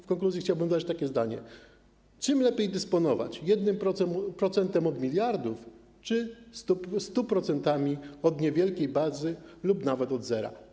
W konkluzji chciałbym dodać takie pytanie: Czym lepiej dysponować: 1% od miliardów czy 100% od niewielkiej bazy lub nawet od zera?